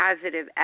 positive